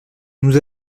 nous